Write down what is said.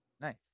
Nice